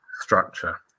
structure